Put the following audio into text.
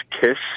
kiss